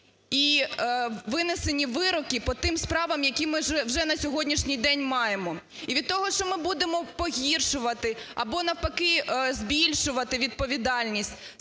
і винесені вироки по тим справам, які ми вже на сьогоднішній день маємо. І від того, що ми будемо погіршувати або навпаки - збільшувати відповідальність,